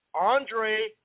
Andre